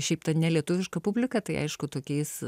šiaip ta nelietuviška publika tai aišku tokiais